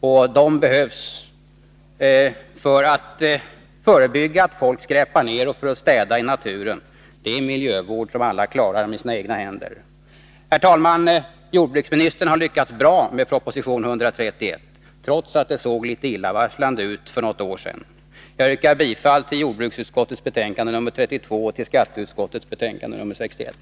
Sådana behövs för att förebygga att folk skräpar ned och för att få folk att städa i naturen. Det är miljövård som alla klarar med sina egna händer. Herr talman! Jordbruksministern har lyckats bra med proposition 131, trots att det såg litet illavarslande ut för något år sedan. Jag yrkar bifall till jordbruksutskottets hemställan i dess betänkande 32 och till skatteutskottets hemställan i dess betänkande 61.